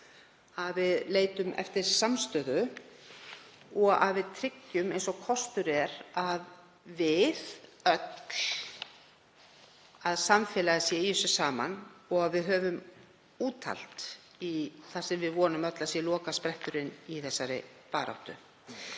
að við leitum áfram eftir sátt og samstöðu og að við tryggjum eins og kostur er að við öll, samfélagið, séum í þessu saman og að við höfum úthald í það sem við vonum öll að sé lokaspretturinn í þessari baráttu.